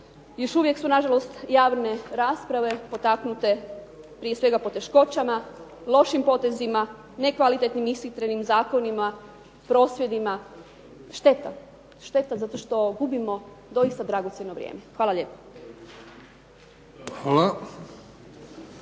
Još uvijek su nažalost javne rasprave potaknute prije svega poteškoćama, lošim potezima, nekvalitetnim ishitrenim zakonima, prosvjedima. Šteta. Šteta zato što gubimo doista dragocjeno vrijeme. Hvala lijepa.